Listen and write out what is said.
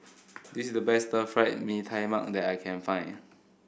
this is the best Fried Mee Tai Mak that I can find